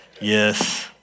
Yes